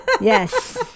yes